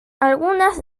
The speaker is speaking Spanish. algunas